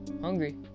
Hungry